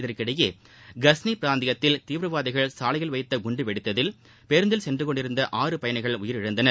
இதற்கிடையே கஸ்னி பிராந்தியத்தில் தீவிரவாதிகள் சாலையில் வைத்த குண்டு வெடித்ததில் பேருந்தில் சென்று கொண்டிருந்த ஆறு பயணிகள் உயிரிழந்தனர்